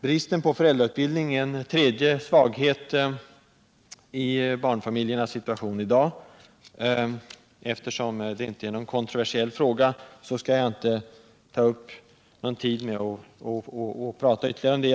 Bristen på föräldrautbildning är en tredje svaghet i barnfamiljernas situation i dag. Eftersom det inte är någon kontroversiell fråga, skall jag inte ta upp tiden med att prata mer om den.